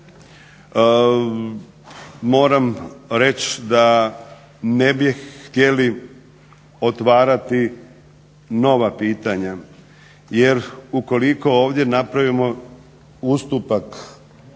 moram reći da ne bi htjeli otvarati nova pitanja jer ukoliko ovdje napravimo ustupak